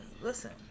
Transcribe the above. listen